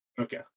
Okay